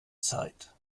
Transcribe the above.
zeit